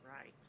Right